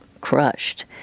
crushed